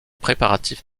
préparatifs